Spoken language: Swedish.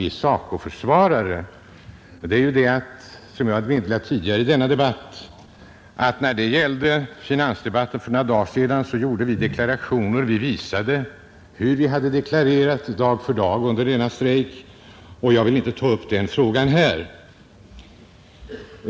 I finansdebatten för några dagar sedan lämnade vi, som jag har påpekat tidigare i denna debatt, en redogörelse för olika deklarationer partiet gjort ända sedan SACO-strejken startade och som visade hur vi hade ställt oss till denna konflikt dag för dag, och jag skall inte nu ta upp den frågan.